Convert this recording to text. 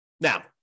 Now